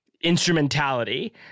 instrumentality